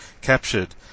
captured